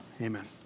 amen